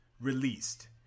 released